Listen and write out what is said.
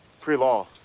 Pre-law